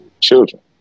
children